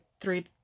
three